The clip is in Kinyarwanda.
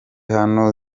hano